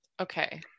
Okay